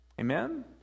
Amen